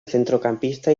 centrocampista